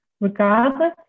Regardless